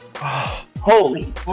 holy